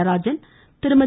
Natarajan Thirumathi